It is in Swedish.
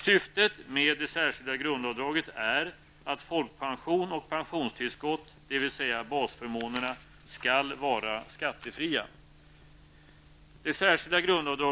Syftet med SGA är att folkpension och pensionstillskott, dvs. basförmånerna skall vara skattefria.